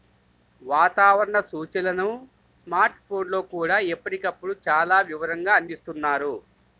వాతావరణ సూచనలను స్మార్ట్ ఫోన్లల్లో కూడా ఎప్పటికప్పుడు చాలా వివరంగా అందిస్తున్నారు